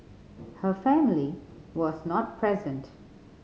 her family was not present